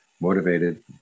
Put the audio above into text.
motivated